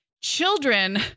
Children